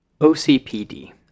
OCPD